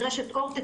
את רשת אורט,